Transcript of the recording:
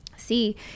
see